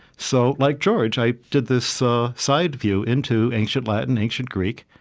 so like george, i did this ah side view into ancient latin, ancient greek,